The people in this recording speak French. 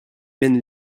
maine